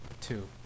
Two